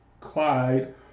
Clyde